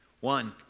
One